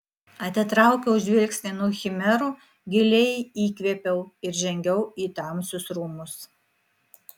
atitraukiau žvilgsnį nuo chimerų giliai įkvėpiau ir žengiau į tamsius rūmus